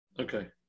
Okay